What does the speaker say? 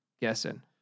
guessing